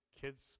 kids